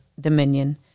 dominion